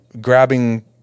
grabbing